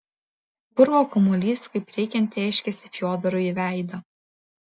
purvo kamuolys kaip reikiant tėškėsi fiodorui į veidą